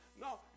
No